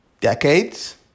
Decades